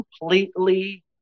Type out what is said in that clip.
completely